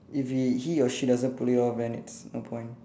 if he he or she doesn't pull it off then it's no point